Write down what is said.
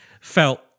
felt